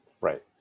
Right